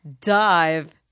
dive